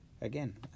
Again